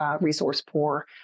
resource-poor